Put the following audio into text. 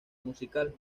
musical